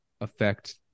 affect